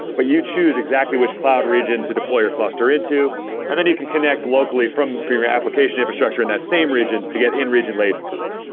but you choose exactly which cloud region to deploy your cluster into and then you can connect locally from from your application infrastructure in that same region to get in-region latencies.